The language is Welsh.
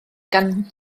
gan